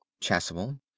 Chasuble